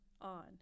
on